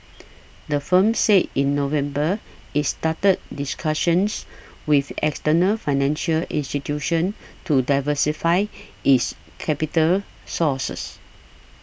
the firm said in November it's started discussions with external financial institutions to diversify its capital sources